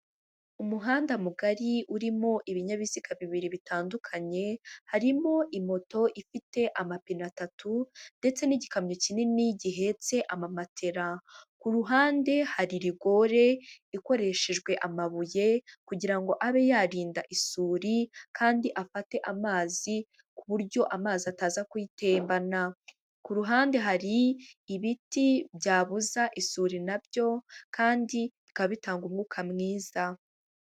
Umuhanda mugari urimo ibinyabiziga bibiri bitandukanye, harimo moto ifite amapine atatu, ndetse n'igikamyo kinini gihetse amamatera. Ku ruhande hari rigore ikoreshejwe amabuye kugira ngo abe yarinda isuri, kandi afate amazi ku buryo amazi ataza kuyitembana. Ku ruhande hari ibiti byabuza isuri na byo kandi bikabitanga umwuka mwiza.